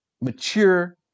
mature